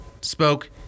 spoke